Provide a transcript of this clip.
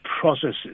processes